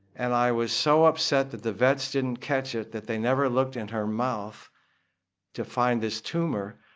and i was so upset that the vets didn't catch it, that they never looked in her mouth to find this tumor,